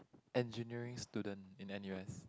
engineering student in N_U_S